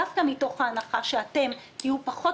דווקא מתוך ההנחה שאתם תהיו פחות